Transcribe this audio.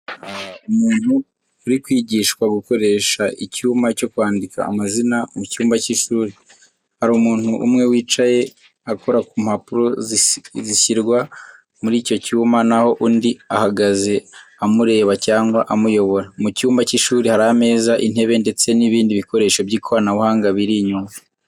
Umuntu uri kwigishwa gukoresha icyuma cyo kwandika amazina mu cyumba cy’ishuri. Hari umuntu umwe wicaye akora ku mpapuro zishyirwa muri icyo cyuma, naho undi ahagaze amureba cyangwa amuyobora. Mu cyumba cy’ishuri, hari ameza, intebe, ndetse n’ibindi bikoresho by’ikoranabuhanga biri inyuma.